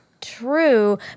true